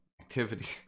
activity